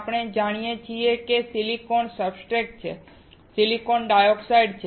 આપણે જોઈએ છીએ કે સિલિકોન સબસ્ટ્રેટ છે અને સિલિકોન ડાયોક્સાઈડ છે